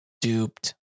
Duped